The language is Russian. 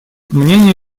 мнение